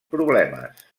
problemes